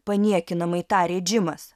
paniekinamai tarė džimas